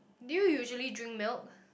do you usually drink milk